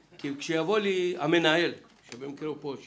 כשיבוא אלי המנהל שבמקרה הוא פה,